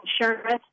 insurance